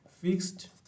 fixed